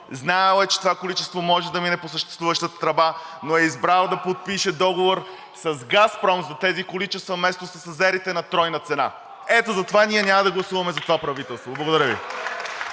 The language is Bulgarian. знаел, че това количество може да мине по съществуващата тръба, но е избрал да подпише договор с „Газпром“ за тези количества вместо с азерите на тройна цена. Ето, затова ние няма да гласуваме за това правителство. Благодаря Ви.